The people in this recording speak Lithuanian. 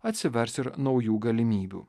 atsivers ir naujų galimybių